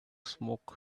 smoke